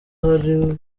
ari